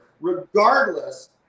regardless